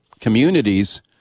communities